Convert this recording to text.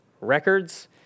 records